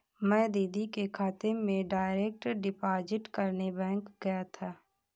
मैं दीदी के खाते में डायरेक्ट डिपॉजिट करने बैंक गया था